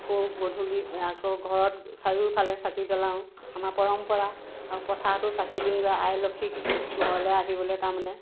আকৌ গধূলি আকৌ ঘৰত চাৰিওফালে চাকি জ্বলাওঁ আমাৰ পৰম্পৰা পথাৰতো চাকি দিওঁগে আই লক্ষ্ণীক ঘৰলে আহিবলে তাৰমানে